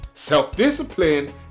Self-discipline